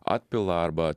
atpila arba